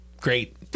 Great